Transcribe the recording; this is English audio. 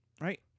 right